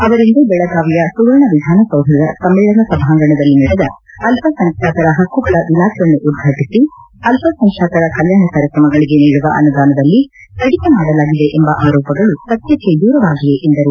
ಅವರಿಂದು ಬೆಳಗಾವಿಯ ಸುವರ್ಣ ವಿಧಾನಸೌಧದ ಸಮ್ಮೇಳನ ಸಭಾಂಗಣದಲ್ಲಿ ನಡೆದ ಅಲ್ಪಸಂಖ್ಯಾತರ ಹಕ್ಕುಗಳ ದಿನಾಚರಣೆ ಉದ್ಘಾಟಿಸಿ ಅಲ್ಪಸಂಖ್ಯಾತರ ಕಲ್ಕಾಣ ಕಾರ್ಯಕ್ರಮಗಳಿಗೆ ನೀಡುವ ಅನುದಾನದಲ್ಲಿ ಕಡಿತ ಮಾಡಲಾಗಿದೆ ಎಂಬ ಆರೋಪಗಳು ಸತ್ಯಕ್ಕೆ ದೂರವಾಗಿವೆ ಎಂದರು